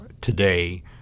today